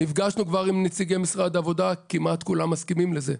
נפגשנו עם נציגי משרד העבודה וכמעט כולם מסכימים עם זה.